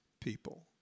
people